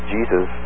Jesus